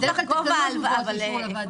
בדרך כלל תקנות מובאות לאישור הוועדה.